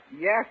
Yes